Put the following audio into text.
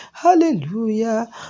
hallelujah